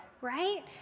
right